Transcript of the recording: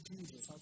Jesus